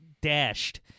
dashed